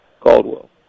Caldwell